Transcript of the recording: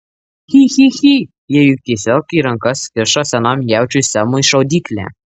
chi chi chi jie juk tiesiog į rankas kiša senam jaučiui semui šaudyklę